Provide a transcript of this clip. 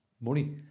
money